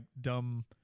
dumb